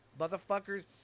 motherfuckers